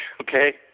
okay